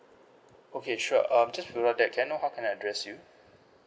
okay sure um just before that can I know how can I address you